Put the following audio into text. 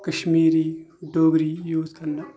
کشمیٖری ڈوگری یوٗز کَرنہٕ